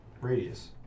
radius